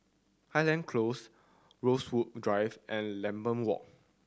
Highland Close Rosewood Drive and Lambeth Walk